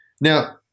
Now